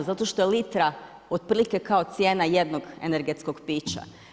Zato što je litra otprilike kao cijena jednog energetskog pića.